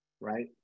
right